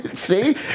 See